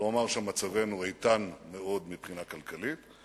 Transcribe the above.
אבל הוא אמר שמצבנו איתן מאוד מבחינה כלכלית.